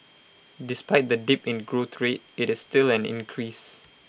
despite the dip in growth rate IT is still an increase